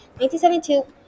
1972